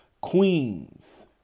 queens